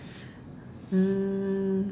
mm